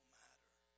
matter